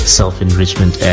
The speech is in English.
self-enrichment